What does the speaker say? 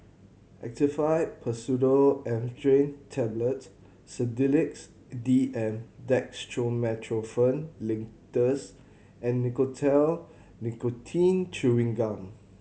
Actifed Pseudoephedrine Tablets Sedilix D M Dextromethorphan Linctus and Nicotinell Nicotine Chewing Gum